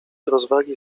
rozwagi